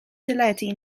deledu